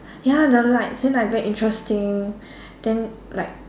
ya the lights then like very interesting then like